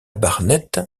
barnett